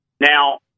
Now